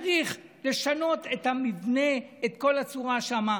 צריך לשנות את המבנה, את כל הצורה שם.